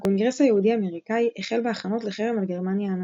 הקונגרס היהודי האמריקאי החל בהכנות לחרם על גרמניה הנאצית.